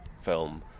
film